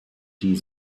die